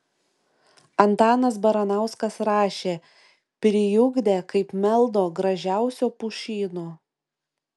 antanas baranauskas rašė priugdę kaip meldo gražiausio pušyno